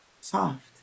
soft